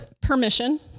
permission